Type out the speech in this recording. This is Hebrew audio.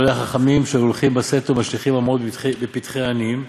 גדולי החכמים שהיו הולכים בסתר ומשליכים המעות בפתחי העניים.